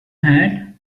hat